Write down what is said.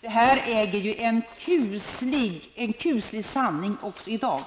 Detta äger en kuslig sanning även i dag.